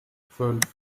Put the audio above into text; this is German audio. fünf